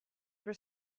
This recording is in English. were